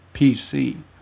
PC